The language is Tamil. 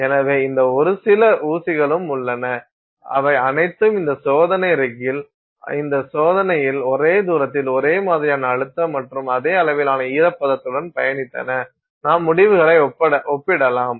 எனவே இந்த ஒரு சில ஊசிகளும் உள்ளன அவை அனைத்தும் இந்த சோதனை ரிக்கில் இந்த சோதனையில் ஒரே தூரத்தில் ஒரே மாதிரியான அழுத்தம் மற்றும் அதே அளவிலான ஈரப்பதத்துடன் பயணித்தன நாம் முடிவுகளை ஒப்பிடலாம்